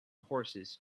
horses